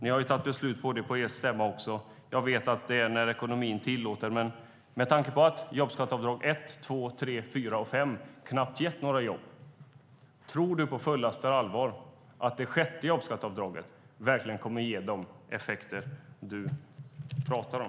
Ni har fattat beslut på er stämma, och jag vet att det blir av när ekonomin tillåter, men med tanke på att jobbskatteavdrag 1, 2, 3, 4 och 5 knappt gett några jobb har jag en fråga till dig, Anders Borg: Tror du på fullaste allvar att det sjätte jobbskatteavdraget verkligen kommer att ge de effekter du pratar om?